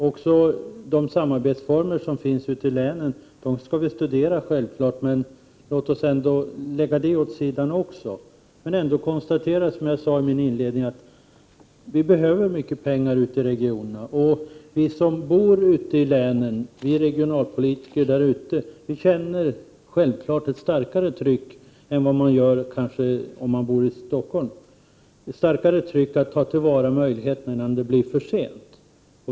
Olika samarbetsformer ute i länen skall vi självfallet studera, så även dessa frågor kan vi lämna åt sidan nu. Som jag sade inledningsvis behöver vi väldigt mycket pengar ute i regionerna. Vi regionalpolitiker känner självfallet ett starkare tryck än vad man kanske gör om man bor i Stockholm att ta till vara möjligheterna innan det är för sent.